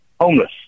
homeless